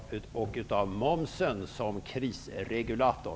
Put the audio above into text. Jag undrar också hur man ser på momsen som krisregulator.